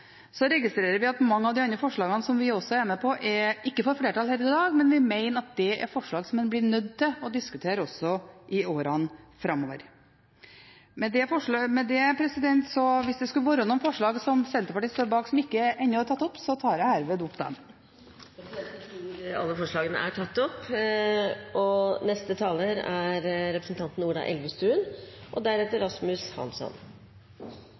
Så registrerer vi at mange av de andre forlagene som vi også er med på, ikke får flertall her i dag, men vi mener at det er forslag som en blir nødt til å diskutere også i årene framover. President, hvis det skulle være noen forslag som Senterpartiet står bak, som ennå ikke er tatt opp, tar jeg herved opp dem. Presidenten tror alle forslagene er tatt opp. Jeg vil også begynne med å takke komiteen og